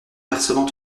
versement